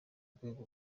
rwego